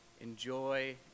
enjoy